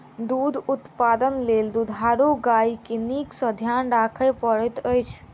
दूध उत्पादन लेल दुधारू गाय के नीक सॅ ध्यान राखय पड़ैत अछि